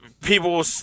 People